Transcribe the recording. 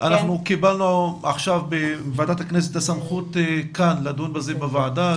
אנחנו קיבלנו בוועדת הכנסת את הסמכות לדון בנושא בוועדה.